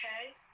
okay